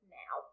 now